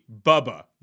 Bubba